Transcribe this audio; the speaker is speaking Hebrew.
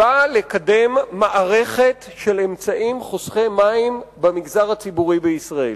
באה לקדם מערכת של אמצעים חוסכי מים במגזר הציבורי בישראל.